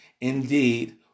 Indeed